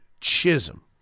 Chisholm